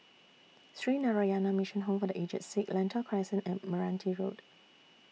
Sree Narayana Mission Home For The Aged Sick Lentor Crescent and Meranti Road